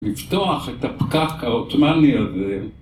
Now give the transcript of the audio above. לפתוח את הפקק העותמני הזה...